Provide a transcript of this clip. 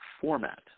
format